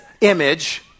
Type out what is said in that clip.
image